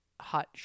hot